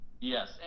Yes